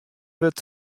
wurdt